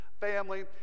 family